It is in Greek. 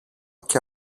και